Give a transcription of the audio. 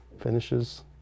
finishes